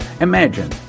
Imagine